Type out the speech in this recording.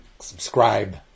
subscribe